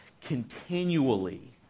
continually